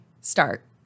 start